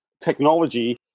technology